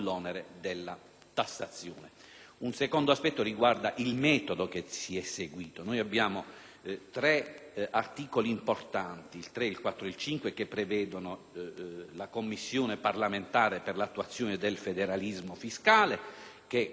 Un secondo aspetto riguarda il metodo che è stato seguito: ci sono tre importanti articoli (il 3, il 4 e il 5) che prevedono la Commissione parlamentare per l'attuazione del federalismo fiscale, che consentirà l'approfondimento